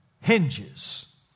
Hinges